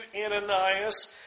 Ananias